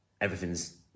everything's